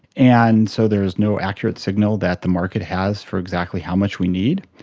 and so there is no accurate signal that the market has for exactly how much we need.